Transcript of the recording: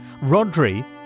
Rodri